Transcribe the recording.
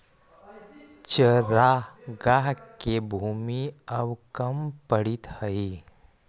चरागाह के भूमि अब कम पड़ीत हइ